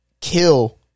kill